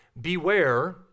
Beware